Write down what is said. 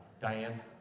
Diane